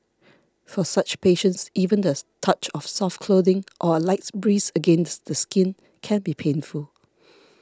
for such patients even does touch of soft clothing or a light breeze against the skin can be painful